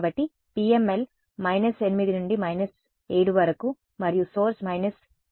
కాబట్టి PML 8 నుండి 7 వరకు మరియు సోర్స్ 7 వద్ద ఉంది సరే